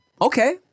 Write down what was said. okay